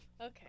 Okay